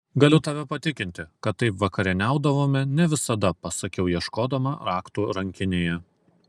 galiu tave patikinti kad taip vakarieniaudavome ne visada pasakiau ieškodama raktų rankinėje